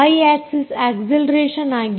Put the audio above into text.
Y axis acceleration ಆಗಿದೆ